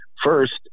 First